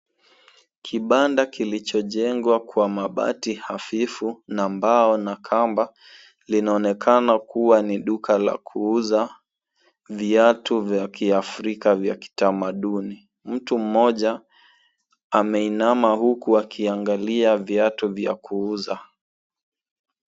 Kibanda kilichojengwa kwa mabati hafifu na mbao na kamba linaonekana kuwa ni duka la kuuza viatu vya Kiafrika vya kitamaduni. Mtu mmoja ameinama huku akiangalia viatu vya kuuza.